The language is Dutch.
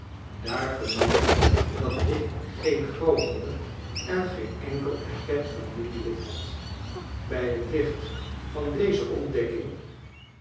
daar vernam ik dat ik geen grootmoeder en geen enkel erkend familielid had bij het licht van deze ontdekking